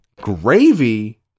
gravy